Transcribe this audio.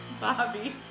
Bobby